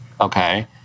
Okay